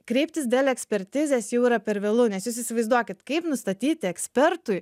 kreiptis dėl ekspertizės jau yra per vėlu nes jūs įsivaizduokit kaip nustatyti ekspertui